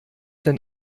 denn